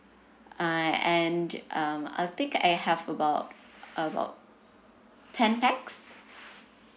uh and um I think I have about about ten pax